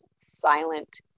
silent